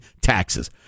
taxes